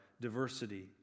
diversity